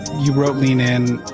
you wrote lean in.